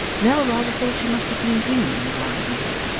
nell rather thought she must have been dreaming of lying awake.